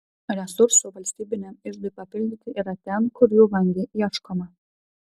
resursų valstybiniam iždui papildyti yra ten kur jų vangiai ieškoma